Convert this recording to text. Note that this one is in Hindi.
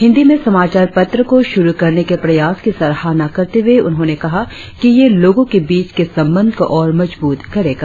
हिंदी में समाचार पत्र को शुरु करने के प्रयास की सराहना करते हुए उन्होंने कहा कि यह लोगों के बीच के जंबंधा को और मज्जवत करेगा